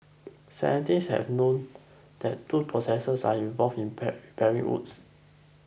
scientists have long that two processes are involved in pair repairing wounds